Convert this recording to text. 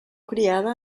criada